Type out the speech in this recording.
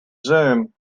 zoom